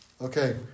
Okay